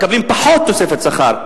מקבלים פחות תוספת שכר.